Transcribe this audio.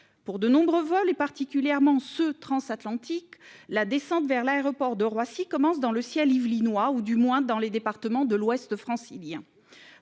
Pour de nombreux vols, et particulièrement les vols transatlantiques, la descente vers l'aéroport de Roissy commence dans le ciel yvelinois, ou du moins dans les départements de l'ouest francilien.